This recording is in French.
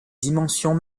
dimensions